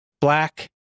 black